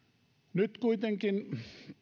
nyt kuitenkin